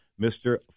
Mr